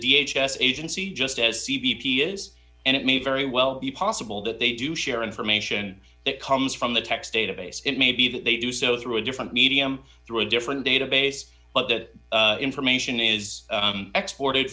the h s agency just as c b p is and it may very well be possible that they do share information that comes from the text database it may be that they do so through a different medium through a different database but that information is export